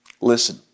Listen